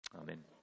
Amen